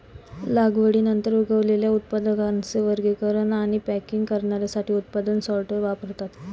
लागवडीनंतर उगवलेल्या उत्पादनांचे वर्गीकरण आणि पॅकिंग करण्यासाठी उत्पादन सॉर्टर वापरतात